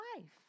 life